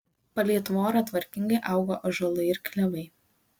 palei tvorą tvarkingai augo ąžuolai ir klevai